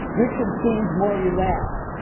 richard seemed more relaxed.